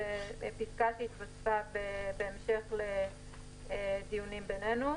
זו פסקה שהתווספה בהמשך לדיונים ביננו,